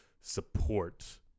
support